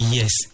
yes